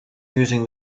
using